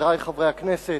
חברי חברי הכנסת,